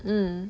mm